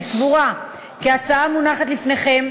אני סבורה כי ההצעה המונחת לפניכם,